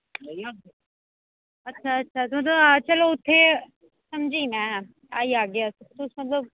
अच्छा अच्छा चलो उत्थे समझी एई मैं आई आगे अस तुस मतलब